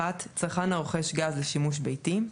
(1) צרכן הרוכש גז לשימוש ביתי,